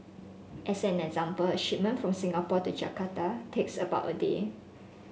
as an example a shipment from Singapore to Jakarta takes about a day